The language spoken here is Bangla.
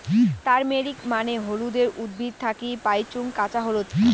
তারমেরিক মানে হলুদের উদ্ভিদ থাকি পাইচুঙ কাঁচা হলুদ